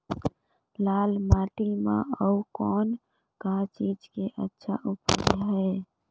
लाल माटी म अउ कौन का चीज के अच्छा उपज है?